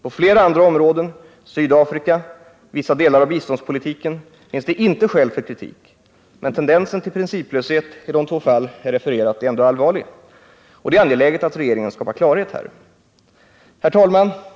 På flera andra områden — Sydafrika, vissa delar av biståndspolitiken — finns det inte skäl för kritik, men tendensen till principlöshet i de två fall jag refererat är ändå allvarlig, och det är angeläget att regeringen skapar klarhet här. Herr talman!